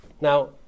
now